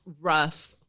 rough